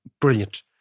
brilliant